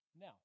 now